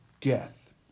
Death